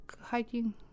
hiking